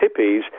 hippies